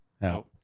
No